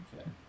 Okay